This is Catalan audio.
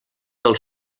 del